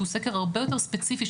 שהוא סקר הרבה יותר ספציפי,